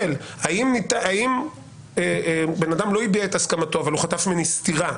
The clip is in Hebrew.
בן אדם לא הביע את הסכמתו אבל הוא חטף ממני סטירה.